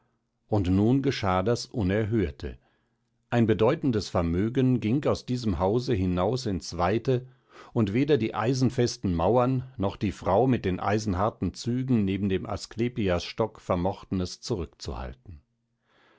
und nun geschah das unerhörte ein bedeutendes vermögen ging aus diesem hause hinaus ins weite und weder die eisenfesten mauern noch die frau mit den eisenharten zügen neben dem asklepiasstock vermochten es zurückzuhalten